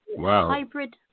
hybrid